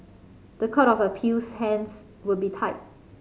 the Court of Appeal's hands would be tied